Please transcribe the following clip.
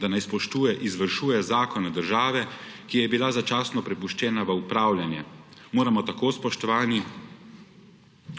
da naj spoštuje, izvršuje zakone države, ki ji je bila začasno prepuščena v upravljanje. Moramo tako, spoštovani,